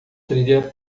trilha